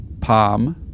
Palm